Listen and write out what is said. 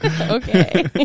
Okay